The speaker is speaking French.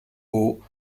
aux